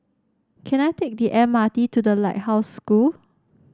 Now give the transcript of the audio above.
can I take the M R T to The Lighthouse School